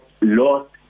lost